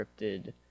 cryptid